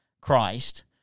Christ